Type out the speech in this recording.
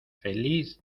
feliz